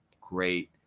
great